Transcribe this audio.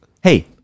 Hey